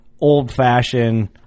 old-fashioned